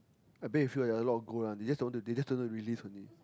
I bet with you like a lot of gold one they just don't they just don't to release only